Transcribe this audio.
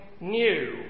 new